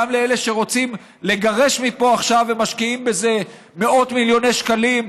גם לאלה שרוצים לגרש מפה עכשיו ומשקיעים בזה מאות מיליוני שקלים.